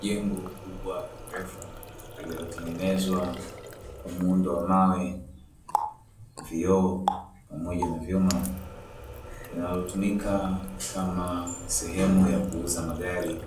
Jengo kubwa refu lililotengenezwa kwa muundo wa mawe, vioo pamoja na vyuma linalotumika kama sehemu ya kuuza magari,